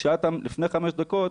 כשאת לפני חמש דקות,